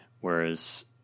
Whereas